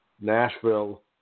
Nashville